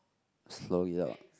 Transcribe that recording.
slog it out